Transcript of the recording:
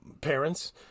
parents